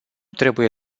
trebuie